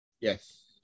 yes